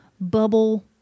bubble